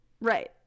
Right